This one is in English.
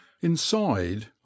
inside